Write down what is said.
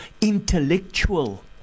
intellectual